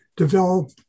Develop